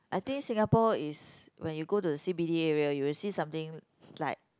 I think Singapore is when you go to the C_b_D area you will see something like